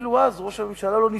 אפילו אז ראש הממשלה לא ניסה,